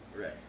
Right